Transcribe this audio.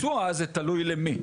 הביצוע זה תלוי למי.